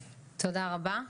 תודה רבה.